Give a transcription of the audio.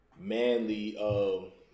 manly